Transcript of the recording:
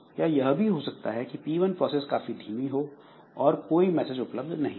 या यह भी हो सकता है कि P1 प्रोसेस काफी धीमी हो और कोई मैसेज उपलब्ध नहीं हो